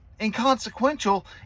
inconsequential